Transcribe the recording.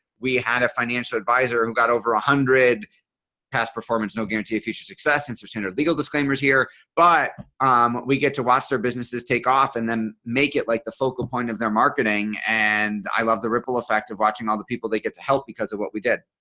we had a financial advisor who got over one ah hundred past performance no guarantee of future success in suspenders legal disclaimers here but um we get to watch their businesses take off and then then make it like the focal point of their marketing. and i love the ripple effect of watching all the people they get to help because of what we did.